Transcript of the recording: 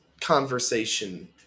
conversation